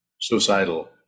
suicidal